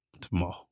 Tomorrow